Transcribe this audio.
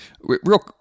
Real